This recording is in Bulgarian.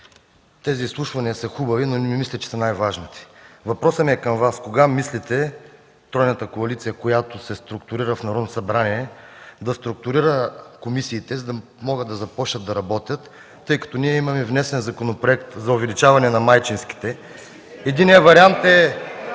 Тези изслушвания са хубави, но не мисля, че са най-важните. Въпросът ми е към Вас: кога мислите тройната коалиция, която се структурира в Народното събрание, да структурира комисиите, за да започнат да работят, тъй като ние имаме внесен Законопроект за увеличаване на майчинските? (Реплики и